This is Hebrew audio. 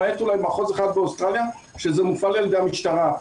למעט אולי מחוז אחד באוסטרליה שזה מופעל על ידי המשטרה,